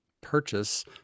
purchase